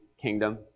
kingdom